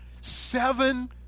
seven